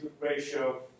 ratio